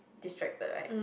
distracted right